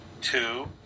two